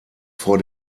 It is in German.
vor